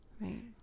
right